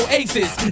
aces